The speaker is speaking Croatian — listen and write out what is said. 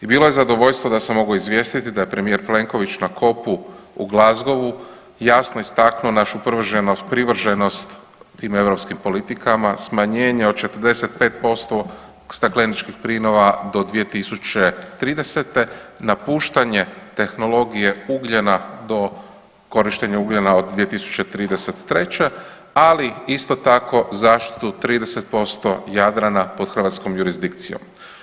I bilo je zadovoljstvo da sam mogao izvijestiti da je premijer Plenković na COP-u u Glasgowu jasno istaknuo našu privrženost tim europskim politikama, smanjenje od 45% stakleničkih plinova do 2030., napuštanje tehnologije ugljena do korištenja ugljena od 2033., ali isto tako zaštitu 30% Jadrana pod hrvatskom jurisdikcijom.